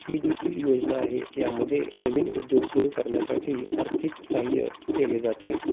ही देखील योजना आहे यामध्ये नवीन उद्योग सुरू करण्यासाठी आर्थिक साहय्य केले जाते